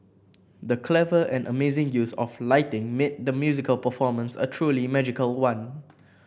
the clever and amazing use of lighting made the musical performance a truly magical one